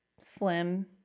slim